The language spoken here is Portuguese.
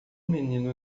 menino